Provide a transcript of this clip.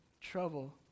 trouble